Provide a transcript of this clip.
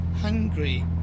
Hungry